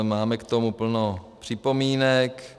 Máme k tomu plno připomínek.